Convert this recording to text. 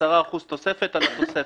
10% תוספת על התוספת.